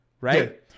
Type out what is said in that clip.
right